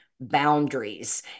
boundaries